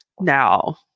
Now